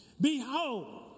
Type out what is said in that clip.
behold